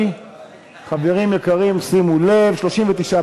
חוק ומשפט לקראת הכנה לקריאה ראשונה,